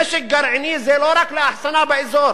נשק גרעיני זה לא רק לאחסנה באזור.